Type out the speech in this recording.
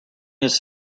his